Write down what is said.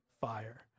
fire